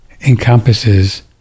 encompasses